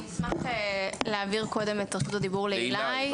אני אשמח להעביר קודם את רשות הנוער לאילאי,